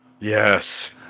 Yes